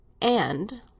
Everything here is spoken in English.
And—